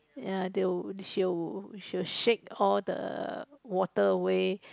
yeah they'll she'll she will shake all the water away